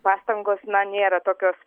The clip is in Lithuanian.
pastangos na nėra tokios